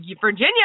Virginia